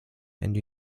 and